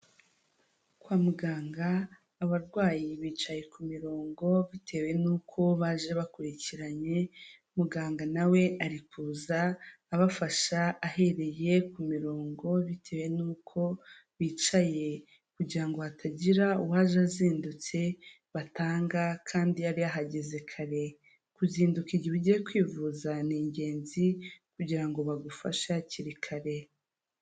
Ni iduka rigurisha ibikoresho by'abadamu n'amasakoshi inkweto ndetse n'ibindi. Bikaba bigaragara ko bipanze ku buryo bigiye bikurikirana kandi busumbana.